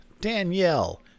Danielle